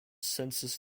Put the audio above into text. census